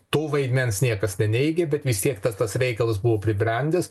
to vaidmens niekas neneigia bet vis tiek tas tas reikalas buvo pribrendęs